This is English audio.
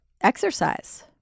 exercise